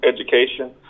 education